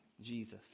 Jesus